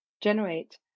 generate